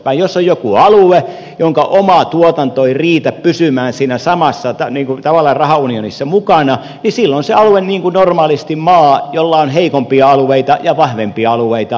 jos on joku alue jonka oma tuotanto ei riitä pysymään tavallaan siinä samassa rahaunionissa mukana niin silloin se alue toimii niin kuin normaalisti maa jolla on heikompia alueita ja vahvempia alueita